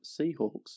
Seahawks